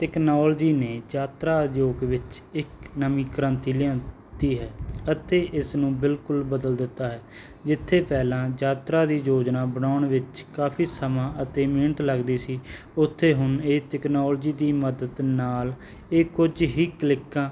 technology ਨੇ ਯਾਤਰਾ ਉਦਯੋਗ ਵਿੱਚ ਇੱਕ ਨਵੀਂ ਕ੍ਰਾਂਤੀ ਲਿਆਉਂਦੀ ਹੈ ਅਤੇ ਇਸ ਨੂੰ ਬਿਲਕੁਲ ਬਦਲ ਦਿੱਤਾ ਹੈ ਜਿੱਥੇ ਪਹਿਲਾਂ ਯਾਤਰਾ ਦੀ ਯੋਜਨਾ ਬਣਾਉਣ ਵਿੱਚ ਕਾਫੀ ਸਮਾਂ ਅਤੇ ਮਿਹਨਤ ਲੱਗਦੀ ਸੀ ਉੱਥੇ ਹੁਣ ਇਹ ਟੈਕਨੋਲਜੀ ਦੀ ਮਦਦ ਨਾਲ ਇਹ ਕੁਝ ਹੀ ਕਲਿੱਕਾਂ